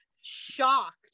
shocked